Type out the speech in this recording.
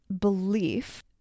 belief